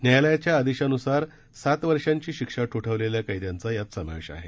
न्यायालयाच्या आदेशानुसार सात वर्षांची शिक्षा ठोठावलेल्या कैद्यांचा यात समावेश आहे